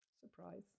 Surprise